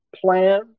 plan